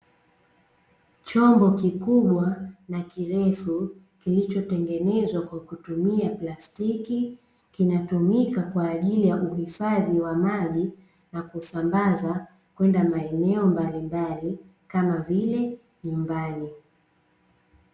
Chombo kikubwa na kirefu kilichotengenezwa kwa kutumia plastiki, kinatumika kwa ajili ya uhifadhi wa maji na kusambaza kwenda maeneo mbalimbali, kama vile nyumbani.